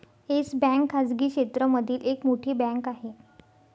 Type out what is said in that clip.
yes Bank खाजगी क्षेत्र मधली एक मोठी बँक आहे